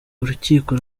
urukiko